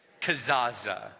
Kazaza